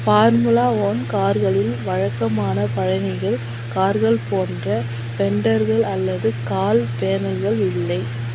formula one கார்களில் வழக்கமான பயணிகள் கார்கள் போன்ற ஃபெண்டர்கள் அல்லது கால் பேனல்கள் இல்லை